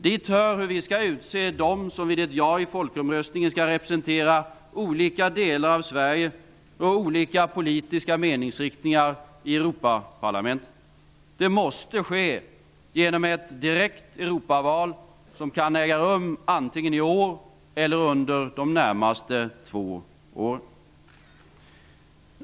Dit hör hur vi skall utse dem som vid ett ja i folkomröstningen skall representera olika delar av Sverige och olika politiska meningsriktningar i Europaparlamentet. Det måste ske genom ett direkt Europaval, som kan äga rum antingen i år eller under de närmaste två åren.